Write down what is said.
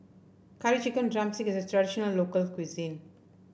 Curry Chicken drumstick is a traditional local cuisine